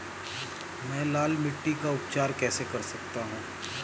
मैं लाल मिट्टी का उपचार कैसे कर सकता हूँ?